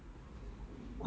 ya lor so